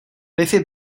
wifi